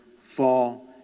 Fall